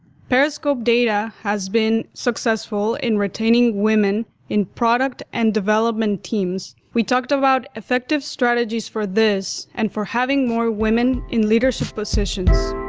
periscope data has been successful in retaining women in product and development teams. we talked about effective strategies for this and for having more women in leadership positions.